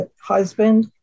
husband